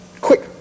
quick